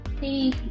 Hey